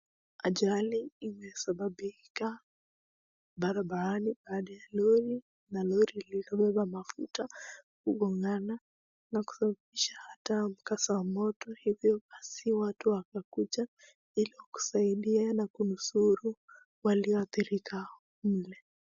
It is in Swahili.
Ajali iliyosababika barabarani hadi lori na lori lililobeba mafuta kugongana na kusababisha hata mkasa wa moto hivyo basi watu wakakuja ili kusaidia na kunusuru walioathirika mle.